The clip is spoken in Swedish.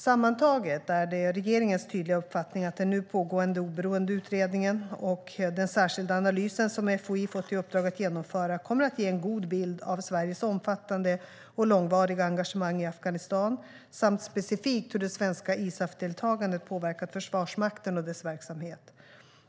Sammantaget är det regeringens tydliga uppfattning att den nu pågående oberoende utredningen och den särskilda analysen som FOI har fått i uppdrag att genomföra kommer att ge en god bild av Sveriges omfattande och långvariga engagemang i Afghanistan samt specifikt hur det svenska ISAF-deltagandet har påverkat Försvarsmakten och dess verksamhet.